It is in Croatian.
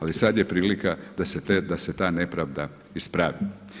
Ali sad je prilika da se ta nepravda ispravi.